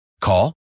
Call